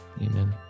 Amen